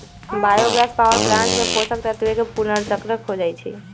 bio gas power plant से पोषक तत्वके पुनर्चक्रण हो जाइ छइ